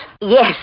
Yes